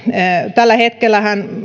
tällä hetkellähän